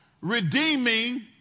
redeeming